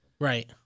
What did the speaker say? right